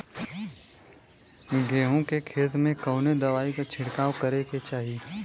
गेहूँ के खेत मे कवने दवाई क छिड़काव करे के चाही?